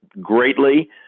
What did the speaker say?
greatly